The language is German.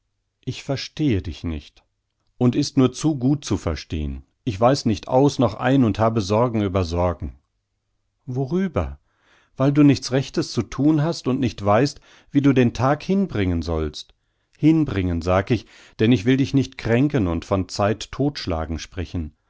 ich verstehe dich nicht und ist nur zu gut zu verstehn ich weiß nicht aus noch ein und habe sorgen über sorgen worüber weil du nichts rechtes zu thun hast und nicht weißt wie du den tag hinbringen sollst hinbringen sag ich denn ich will dich nicht kränken und von zeit todtschlagen sprechen